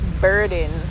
burden